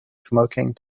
smoking